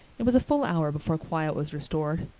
it was a full hour before quiet was restored.